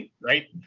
Right